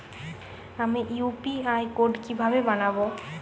আমি UPI code কিভাবে বানাব?